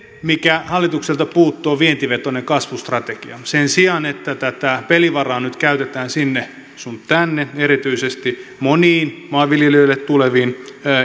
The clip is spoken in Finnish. mikä hallitukselta puuttuu on vientivetoinen kasvustrategia sen sijaan että tätä pelivaraa nyt käytetään sinne sun tänne erityisesti moniin maanviljelijöille tuleviin